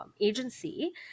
agency